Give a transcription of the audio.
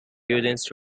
buildings